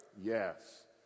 Yes